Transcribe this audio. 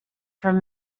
from